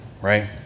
right